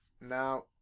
Now